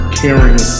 caring